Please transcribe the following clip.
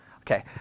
Okay